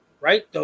right